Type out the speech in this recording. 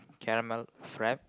caramel frap